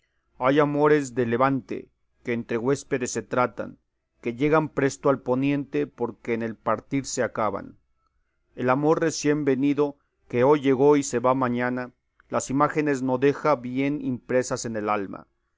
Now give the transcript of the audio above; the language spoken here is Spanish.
hay amores de levante que entre huéspedes se tratan que llegan presto al poniente porque en el partirse acaban el amor recién venido que hoy llegó y se va mañana las imágines no deja bien impresas en el alma